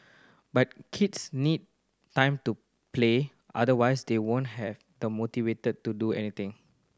but kids need time to play otherwise they won't have the motivate to do anything